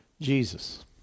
Jesus